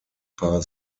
paar